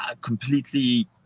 completely